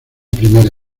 primera